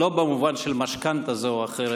לא במובן של משכנתה זו או אחרת,